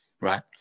Right